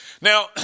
Now